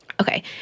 Okay